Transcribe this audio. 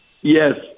Yes